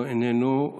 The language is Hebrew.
איננו,